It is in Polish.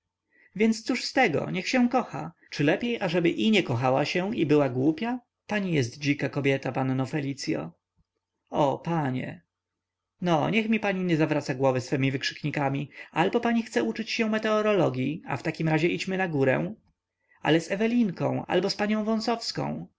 więc cóż z tego niech się kocha czy lepiej ażeby i nie kochała się i była głupia pani jest dzika kobieta panno felicyo o panie no niech mi pani nie zawraca głowy swemi wykrzyknikami albo pani chce uczyć się meteorologii a w takim razie idźmy na górę ale z ewelinką albo z panią